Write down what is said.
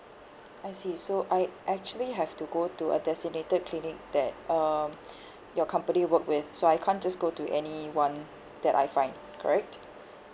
I see so I actually have to go to a designated clinic that um your company work with so I can't just go to any one that I find correct